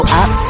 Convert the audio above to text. up